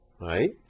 right